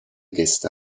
gäste